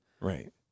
Right